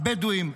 הבדואים,